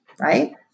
right